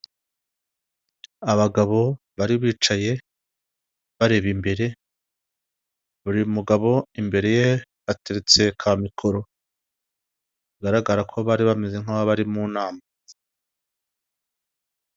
Abagabo bari bicaye bareba imbere, buri mugabo imbere ye ateretse ka mikoro bigaragara ko bari bameze nk'aho bari mu nama.